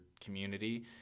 community